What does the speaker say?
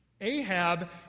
Ahab